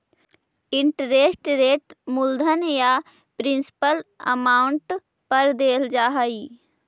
interest rate मूलधन या principal amount पर देल जा हई